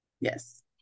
Yes